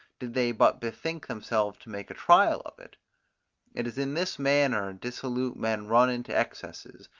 did they but bethink themselves to make a trial of it it is in this manner dissolute men run into excesses,